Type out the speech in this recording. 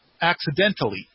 accidentally